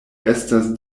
estas